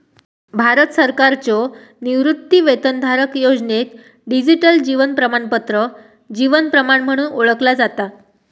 भारत सरकारच्यो निवृत्तीवेतनधारक योजनेक डिजिटल जीवन प्रमाणपत्र जीवन प्रमाण म्हणून ओळखला जाता